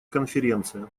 конференция